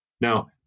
Now